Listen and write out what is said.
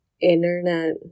internet